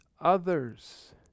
others